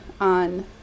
on